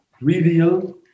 reveal